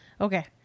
Okay